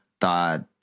thought